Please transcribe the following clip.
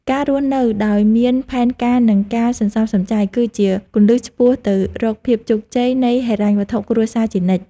ការរស់នៅដោយមានផែនការនិងការសន្សំសំចៃ គឺជាគន្លឹះឆ្ពោះទៅរកភាពជោគជ័យនៃហិរញ្ញវត្ថុគ្រួសារជានិច្ច។